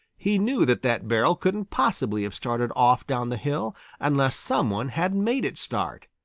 he knew that that barrel couldn't possibly have started off down the hill unless some one had made it start,